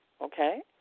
okay